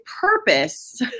purpose